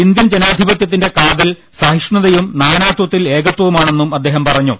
Indian ജനാധിപത്യത്തിന്റെ കാതൽ സഹിഷ്ണുതയും നാനാത്ചത്തിൽ ഏകത്വവുമാണെന്നും അദ്ദേഹം പറഞ്ഞു